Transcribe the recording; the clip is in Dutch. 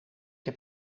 heb